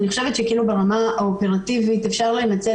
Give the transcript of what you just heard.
אני חושבת שברמה האופרטיבית אפשר לגרום